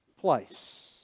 place